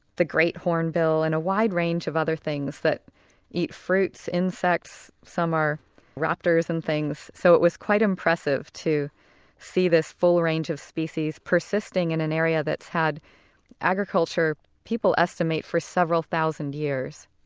the great hornbill and a wide range of other things that eat fruits, insects, some are raptors and things. so it was quite impressive to see this full range of species persisting in an area that's had agriculture, people estimate, for several thousand years.